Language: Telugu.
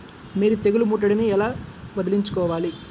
మీరు తెగులు ముట్టడిని ఎలా వదిలించుకోవాలి?